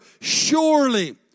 Surely